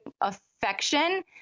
affection